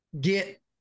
get